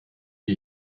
wie